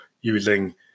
using